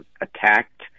attacked